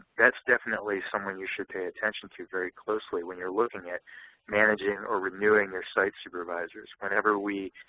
that's definitely someone you should pay attention to very closely when you're looking at managing or renewing your site supervisors. whenever we